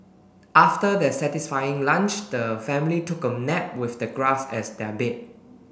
after their satisfying lunch the family took a nap with the grass as their bed